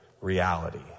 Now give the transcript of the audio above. reality